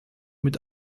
mit